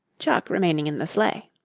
chuck remaining in the sleigh.